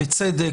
בצדק,